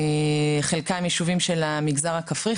חלקם ישובים של המגזר הכפרי,